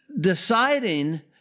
deciding